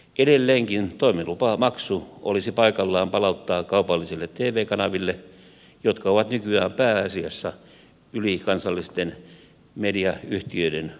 edelleenkin toimilupamaksu olisi paikallaan palauttaa kaupallisille tv kanaville jotka ovat nykyään pääasiassa ylikansallisten mediayhtiöiden omistuksessa